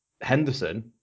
Henderson